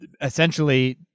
essentially